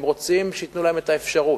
הם רוצים שייתנו להם את האפשרות.